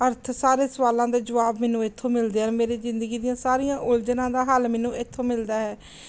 ਅਰਥ ਸਾਰੇ ਸਵਾਲਾਂ ਦੇ ਜਵਾਬ ਮੈਨੂੰ ਇੱਥੋਂ ਮਿਲਦੇ ਆ ਮੇਰੀ ਜ਼ਿੰਦਗੀ ਦੀਆਂ ਸਾਰੀਆਂ ਉਲਝਣਾਂ ਦਾ ਹੱਲ ਮੈਨੂੰ ਇੱਥੋਂ ਮਿਲਦਾ ਹੈ